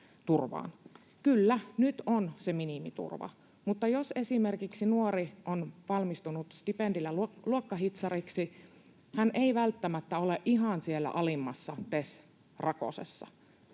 Kyllä, nyt on se minimiturva, mutta jos esimerkiksi nuori on valmistunut stipendillä luokkahitsariksi, hän ei välttämättä ole ihan siellä alimmassa TES-rakosessa.